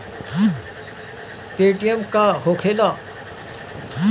Paytm का होखेला?